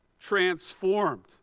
transformed